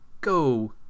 go